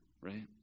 right